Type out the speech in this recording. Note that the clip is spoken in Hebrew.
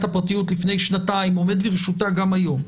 הפרטיות לפני שנתיים עומד לרשותה גם היום,